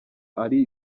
ari